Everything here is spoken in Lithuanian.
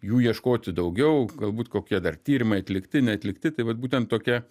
jų ieškoti daugiau galbūt kokie dar tyrimai atlikti neatlikti tai vat būtent tokia